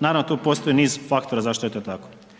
Naravno tu postoji niz faktora zašto je to tako.